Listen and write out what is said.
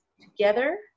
together